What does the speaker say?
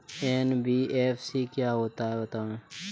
NBFC क्या होता है बताएँ?